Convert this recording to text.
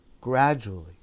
gradually